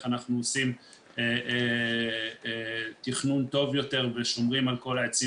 אנחנו עושים תכנון טוב יותר ושומרים על כל העצים